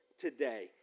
today